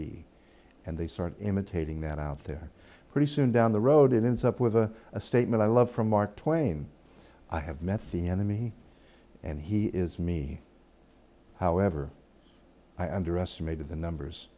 be and they start imitating that out there pretty soon down the road it ends up with a a statement i love from mark twain i have met the enemy and he is me however i underestimated the numbers